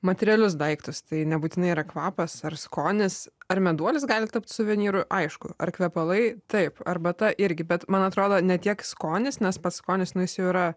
materialius daiktus tai nebūtinai yra kvapas ar skonis ar meduolis gali tapt suvenyru aišku ar kvepalai taip arbata irgi bet man atrodo ne tiek skonis nes pats skonis nu jis jau yra